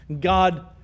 God